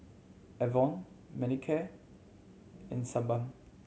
Enervon Manicare and Sebamed